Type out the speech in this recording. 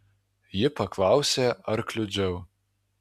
ji paklausė ar kliudžiau